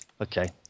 okay